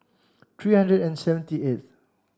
three hundred and seventy eighth